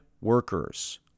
workers